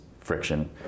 friction